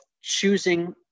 choosing